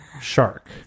shark